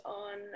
on